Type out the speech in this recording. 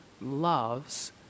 loves